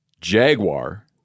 Jaguar